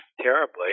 terribly